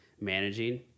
managing